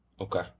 Okay